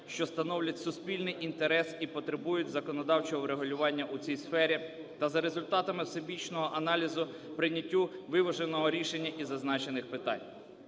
що становлять суспільний інтерес і потребують законодавчого врегулювання у цій сфері, та за результатами всебічного аналізу прийняттю виваженого рішення із зазначених питань.